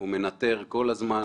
הוא מנטר כל הזמן.